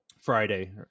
Friday